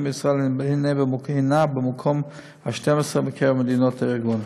בישראל הנה במקום ה־12 בקרב מדינות הארגון.